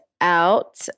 out